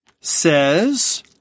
says